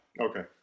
Okay